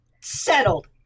Settled